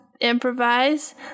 improvise